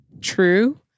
True